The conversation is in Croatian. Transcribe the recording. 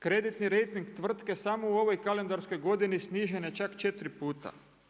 Kreditni rejting tvrtke samo u ovoj kalendarskoj godini snižen je čak 4 puta.